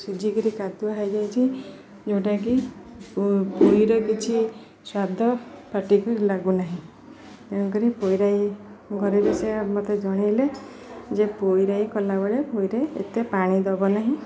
ସିଝି କିରି କାଦୁଅ ହେଇଯାଇଛିି ଯେଉଁଟାକି ପୋଇର କିଛି ସ୍ୱାଦ ପାଟିକୁ ଲାଗୁନାହିଁ ତେଣୁ କରି ପୋଇ ରାଇ ଘରେ ବି ସେ ମୋତେ ଜଣାଇଲେ ଯେ ପୋଇ ରାଇ କଲାବେଳେ ପୋଇରେ ଏତେ ପାଣି ଦେବ ନାହିଁ